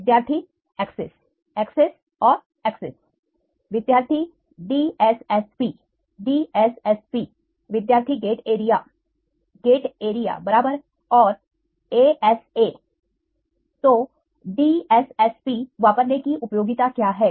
विद्यार्थी access access और access विद्यार्थी डीएसएसपी डीएसएसपी विद्यार्थी गेटएरिया गेटएरिया बराबर और एएसए तो डीएसएसपी वापरने की उपयोगिता क्या है